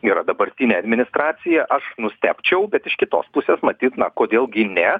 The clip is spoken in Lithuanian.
yra dabartinė administracija aš nustebčiau bet iš kitos pusės matyt na kodėl gi ne